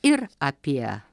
ir apie